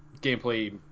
gameplay